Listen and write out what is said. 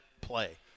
play